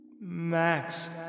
Max